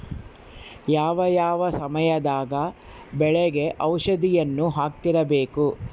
ಯಾವ ಯಾವ ಸಮಯದಾಗ ಬೆಳೆಗೆ ಔಷಧಿಯನ್ನು ಹಾಕ್ತಿರಬೇಕು?